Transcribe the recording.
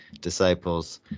disciples